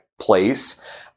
place